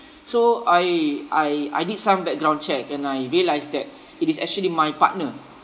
so I I I did some background check and I realise that it is actually my partner